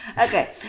Okay